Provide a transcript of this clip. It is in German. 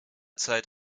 zeit